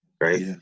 Right